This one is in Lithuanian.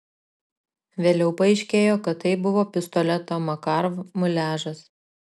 vėliau paaiškėjo kad tai buvo pistoleto makarov muliažas